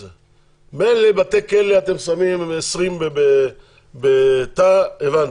מילא, בתי כלא, אתם שמים 20 בתא, הבנתי,